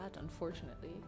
unfortunately